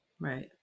right